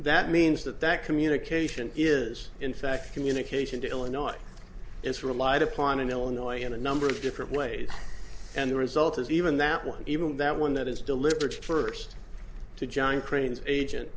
that means that that communication is in fact communication to illinois is relied upon in illinois in a number of different ways and the result is even that one even that one that is delivered first to john crane's agent